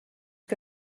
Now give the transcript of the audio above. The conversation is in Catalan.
que